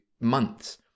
months